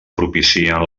propicien